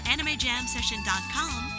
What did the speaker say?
AnimeJamSession.com